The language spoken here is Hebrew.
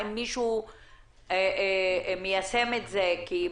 האם מישהו מיישם את זה?